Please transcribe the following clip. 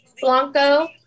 Blanco